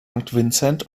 vincent